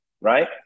right